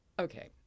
Okay